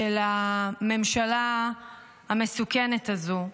של הממשלה המסוכנת הזאת.